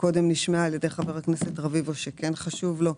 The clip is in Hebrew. גוף דואג לאינטרסים שלו.